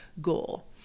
goal